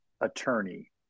attorney